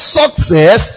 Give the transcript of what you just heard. success